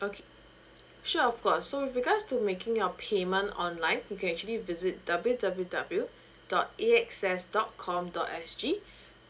okay sure of course so regards to making your payment online you can actually visit w w w dot a x s dot com dot s g